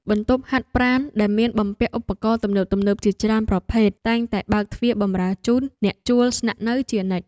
បន្ទប់ហាត់ប្រាណដែលមានបំពាក់ឧបករណ៍ទំនើបៗជាច្រើនប្រភេទតែងតែបើកទ្វារបម្រើជូនអ្នកជួលស្នាក់នៅជានិច្ច។